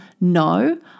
no